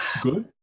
good